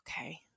okay